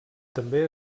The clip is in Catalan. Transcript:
també